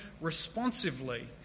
responsively